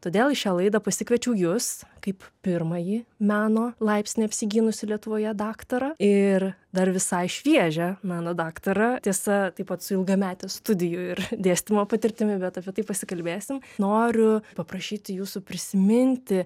todėl į šią laidą pasikviečiau jus kaip pirmąjį meno laipsnį apsigynusį lietuvoje daktarą ir dar visai šviežią meno daktarą tiesa taip pat su ilgamete studijų ir dėstymo patirtimi bet apie tai pasikalbėsim noriu paprašyti jūsų prisiminti